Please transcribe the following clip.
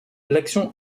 l’action